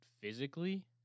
physically